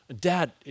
Dad